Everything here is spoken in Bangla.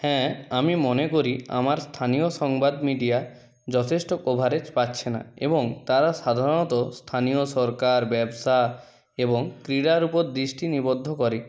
হ্যাঁ আমি মনে করি আমার স্থানীয় সংবাদ মিডিয়া যথেষ্ট কভারেজ পাচ্ছে না এবং তারা সাধারণত স্থানীয় সরকার ব্যবসা এবং ক্রীড়ার ওপর দৃষ্টি নিবদ্ধ করে